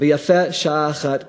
ויפה שעה אחת קודם.